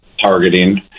targeting